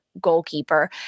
goalkeeper